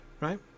right